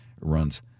runs